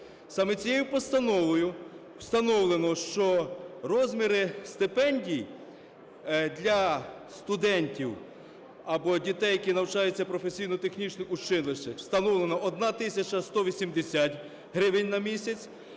Саме цією постановою встановлено, що розміри стипендій для студентів або дітей, які навчаються в професійно-технічних училищах, встановлено 1 тисяча 180 гривень на місяць,